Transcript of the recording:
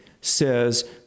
says